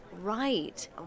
Right